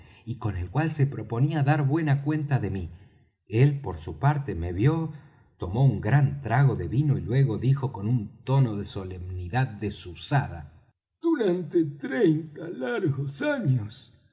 y con el cual se proponía dar buena cuenta de mí él por su parte me vió tomó un gran trago de vino y luego dijo con un tono de solemnidad desusada durante treinta largos años